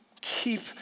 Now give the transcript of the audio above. keep